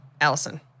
Allison